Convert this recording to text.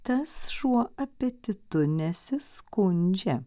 tas šuo apetitu nesiskundžia